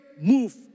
move